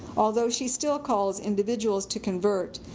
although she still calls individuals to convert,